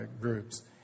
groups